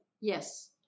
Yes